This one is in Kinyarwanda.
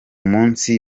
munsi